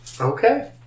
Okay